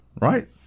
Right